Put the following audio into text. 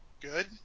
Good